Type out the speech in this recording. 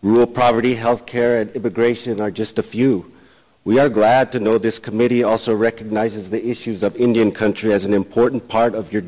real property health care gratian are just a few we are glad to know this committee also recognizes the issues of indian country as an important part of your